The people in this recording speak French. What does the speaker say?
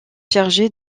chargé